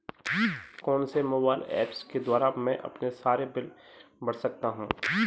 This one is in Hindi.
कौनसे मोबाइल ऐप्स के द्वारा मैं अपने सारे बिल भर सकता हूं?